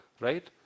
right